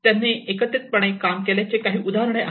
त्यांनी एकत्रितपणे काम केल्याचे काही उदाहरणे आहेत